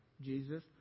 Jesus